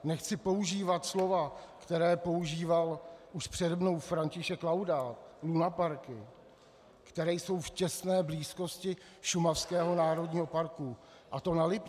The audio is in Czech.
Nechci používat slova, která používal už přede mnou František Laudát, lunaparky, které jsou v těsné blízkosti šumavského národního parku, a to na Lipně.